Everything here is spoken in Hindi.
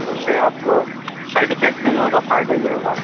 उससे आपको साइड इफेक्ट नहीं होगा फायदा भी होगा